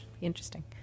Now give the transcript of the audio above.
Interesting